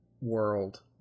world